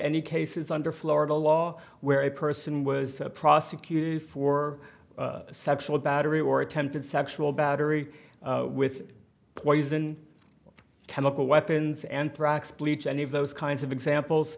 any cases under florida law where a person was prosecuted for sexual battery or attempted sexual battery with poison chemical weapons anthrax bleach any of those kinds of examples